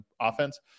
offense